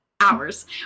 hours